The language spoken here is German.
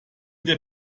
der